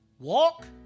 Walk